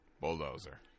Bulldozer